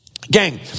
Gang